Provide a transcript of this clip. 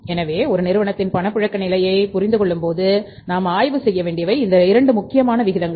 எனவே ஒருநிறுவனத்தின் பணப்புழக்க நிலையைப் புரிந்துகொள்ளும்போது நாம் ஆய்வு செய்ய வேண்டியவை இந்த 2 முக்கியமான விகிதங்கள்